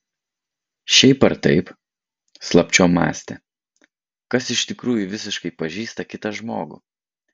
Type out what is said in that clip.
šiaip ar taip slapčiom mąstė kas iš tikrųjų visiškai pažįsta kitą žmogų